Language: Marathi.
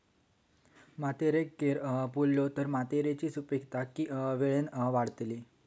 मातयेत कैर पुरलो तर मातयेची सुपीकता की वेळेन वाडतली?